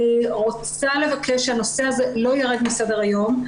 אני רוצה לבקש שהנושא הזה לא יירד מסדר היום.